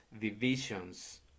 divisions